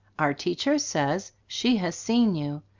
our teacher says she has seen you.